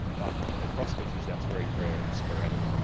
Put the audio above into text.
but across species that's very rare and sporadic.